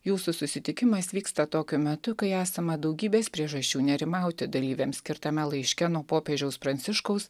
jūsų susitikimas vyksta tokiu metu kai esama daugybės priežasčių nerimauti dalyviams skirtame laiške nuo popiežiaus pranciškaus